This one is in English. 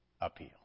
appeal